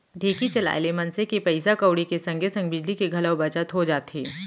ढेंकी चलाए ले मनसे मन के पइसा कउड़ी के संग बिजली के घलौ बचत हो जाथे